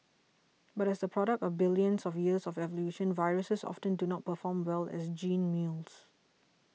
but as the product of billions of years of evolution viruses often do not perform well as gene mules